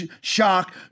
Shock